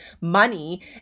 money